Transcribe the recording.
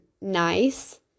nice